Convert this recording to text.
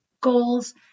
goals